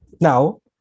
now